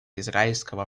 израильского